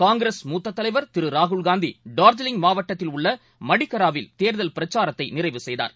காங்கிரஸ் மூத்ததலைவர் திருராகுல்காந்திடார்ஜிலிங் மாவட்டத்தில் உள்ளமடிகராவில் தேர்தல் பிரச்சாரத்தைநிறைவு செய்தார்